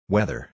Weather